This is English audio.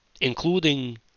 including